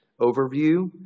overview